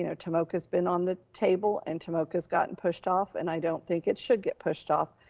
you know tomoka has been on the table and tomoka has gotten pushed off and i don't think it should get pushed off.